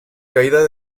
caída